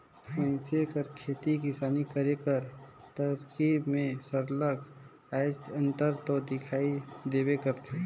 मइनसे कर खेती किसानी करे कर तरकीब में सरलग आएज अंतर दो दिखई देबे करथे